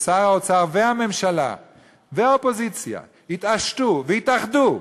ששר האוצר, הממשלה והאופוזיציה יתעשתו ויתאחדו.